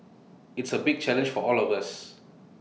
it's A big challenge for all of us